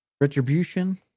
Retribution